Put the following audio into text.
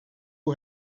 who